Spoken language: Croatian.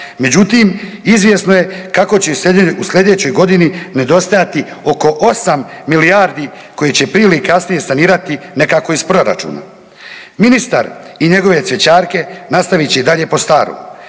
Međutim, izvjesno je kako će u sljedećoj godini nedostajati oko 8 milijardi koje će prije ili kasnije sanirati nekako iz proračuna. Ministar i njegove cvjećarke nastavit će i dalje po starom.